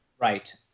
Right